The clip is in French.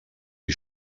les